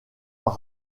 par